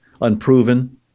unproven